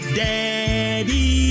daddy